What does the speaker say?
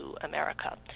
America